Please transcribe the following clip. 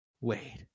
Wait